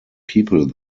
people